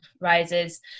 rises